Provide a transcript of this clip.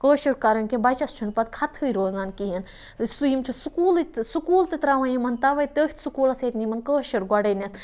کٲشُر کَرُن کینٛہہ بَچَس چھُنہٕ پَتہٕ خَطہے روزان کِہیٖنۍ یِم چھِ سُکولہٕ سُکول تہِ تراوان یِمَن تَوے تٔتھۍ سُکوٗلَس ییٚتہِ نہٕ یِمَن کٲشُر گۄڈٕنیٚتھ